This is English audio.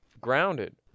grounded